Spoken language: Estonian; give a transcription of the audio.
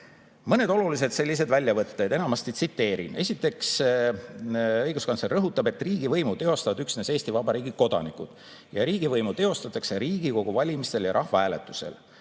Mõned olulised väljavõtted, enamasti tsiteerin. Esiteks, õiguskantsler rõhutab, et riigivõimu teostavad üksnes Eesti Vabariigi kodanikud ja riigivõimu teostatakse Riigikogu valimistel ja rahvahääletusel.